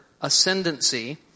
ascendancy